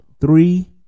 three